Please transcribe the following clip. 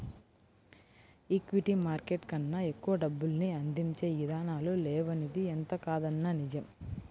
equity market కన్నా ఎక్కువ డబ్బుల్ని అందించే ఇదానాలు లేవనిది ఎంతకాదన్నా నిజం